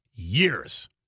Years